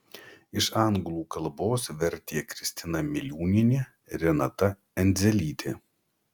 iš anglų kalbos vertė kristina miliūnienė renata endzelytė